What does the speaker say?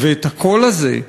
ואת הקול הזה,